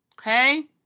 okay